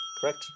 Correct